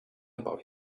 about